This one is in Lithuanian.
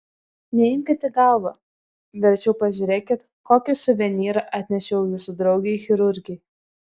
neimkit į galvą verčiau pažiūrėkit kokį suvenyrą atnešiau jūsų draugei chirurgei